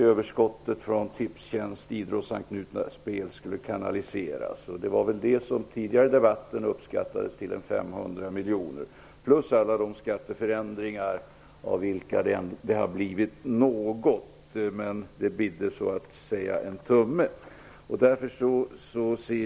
Överskottet från Det var väl det som tidigare i debatten uppskattades till 500 miljoner, plus alla de skatteförändringar av vilka det har blivit något -- det bidde bara en tumme.